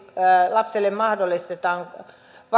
lapselle mahdollistetaan